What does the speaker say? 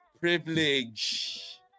Privilege